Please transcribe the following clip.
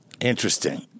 Interesting